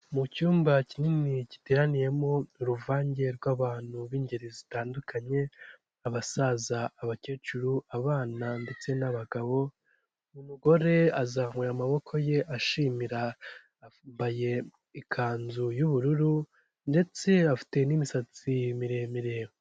Mu cyumba kinini giteraniyemo uruvange rw'abantu b'ingeri zitandukanye abasaza, abakecuru, abana ndetse n'abagore uwo mugore azamuye amaboko ye ashimira, yambaye ikanzu y'ubururu ndetse afite n'imisatsi miremire.